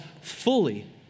fully